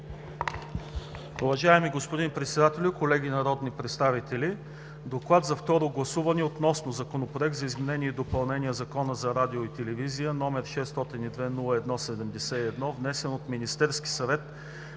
Благодаря, господин Председател. Колеги народни представители! „Доклад за второ гласуване относно Законопроект за изменение и допълнение на Закона за радиото и телевизията, № 602-01-71, внесен от Министерския съвет